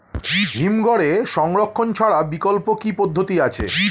হিমঘরে সংরক্ষণ ছাড়া বিকল্প কি পদ্ধতি আছে?